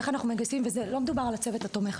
איחך אנחנו מגייסים וזה לא מדובר על הצוות התומך.